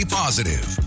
positive